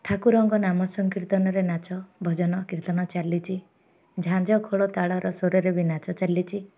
ଠାକୁରଙ୍କ ନାମ ସଂକୀର୍ତ୍ତନରେ ନାଚ ଭଜନ କୀର୍ତ୍ତନ ଚାଲିଛି ଝାଞଜ ଖୋଳ ତାଳର ସ୍ୱରରେ ବି ନାଚ ଚାଲିଛି